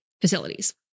facilities